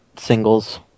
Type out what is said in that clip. singles